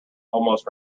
almost